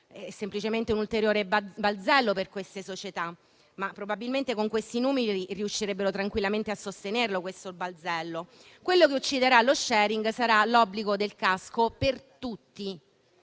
semplicemente un ulteriore balzello per quelle società, ma probabilmente con quei numeri riuscirebbero tranquillamente a sostenerlo. Quello che ucciderà lo *sharing* sarà l'obbligo del casco per tutti,